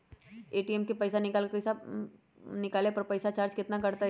ATM से पईसा निकाले पर पईसा केतना चार्ज कटतई?